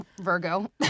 Virgo